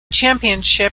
championship